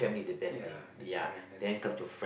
ya lah correct that's the thing